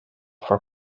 for